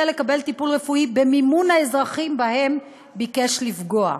לקבל טיפול רפואי במימון האזרחים שבהם ביקש לפגוע.